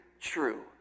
true